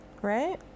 right